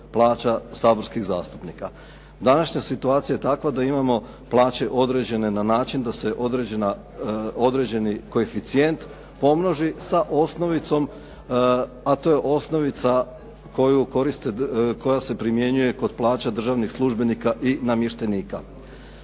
plaća saborskih zastupnika. Današnja situacija je takva da imamo plaće određene na način da se određeni koeficijent pomnoži sa osnovicom a to je osnovica koja se primjenjuje kod plaća državnih službenika i namještenika.